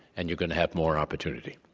and you're going to have more opportunity.